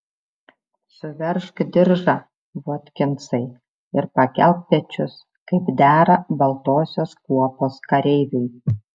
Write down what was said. suveržk diržą votkinsai ir pakelk pečius kaip dera baltosios kuopos kareiviui